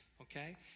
Okay